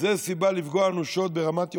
זו סיבה לפגוע אנושות ברמת יוחנן,